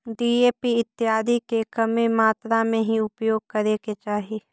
DAP इत्यादि के कमे मात्रा में ही उपयोग करे के चाहि